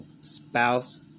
spouse